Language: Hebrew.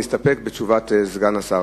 להסתפק בתשובת סגן השר.